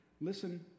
Listen